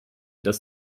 dass